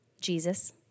Jesus